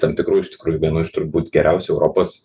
tam tikrų iš tikrųjų vienų iš turbūt geriausių europos